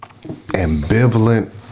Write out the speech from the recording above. ambivalent